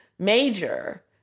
major